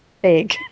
Big